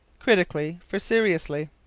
critically for seriously.